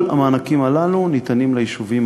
כל המענקים הללו ניתנים ליישובים